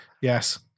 yes